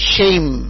Shame